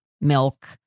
milk